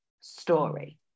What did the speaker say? story